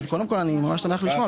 אז קודם כל אני ממש שמח לשמוע.